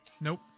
Nope